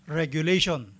regulation